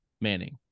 Manning